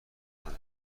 میکنم